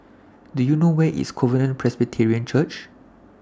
Do YOU know Where IS Covenant Presbyterian Church